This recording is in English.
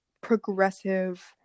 progressive